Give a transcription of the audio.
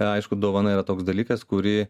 aišku dovana yra toks dalykas kurį